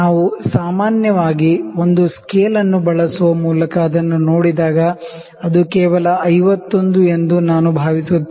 ನಾವು ಸಾಮಾನ್ಯವಾಗಿ ಒಂದು ಸ್ಕೇಲ್ ಅನ್ನು ಬಳಸುವ ಮೂಲಕ ಅದನ್ನು ನೋಡಿದಾಗ ಅದು ಕೇವಲ 51 ಎಂದು ನಾನು ಭಾವಿಸುತ್ತೇನೆ